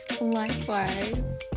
likewise